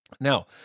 Now